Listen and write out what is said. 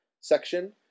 section